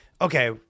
Okay